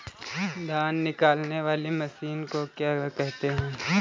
धान निकालने वाली मशीन को क्या कहते हैं?